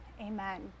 amen